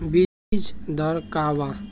बीज दर का वा?